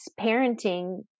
parenting